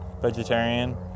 vegetarian